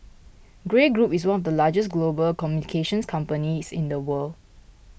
Grey Group is one of the largest global communications companies in the world